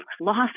lost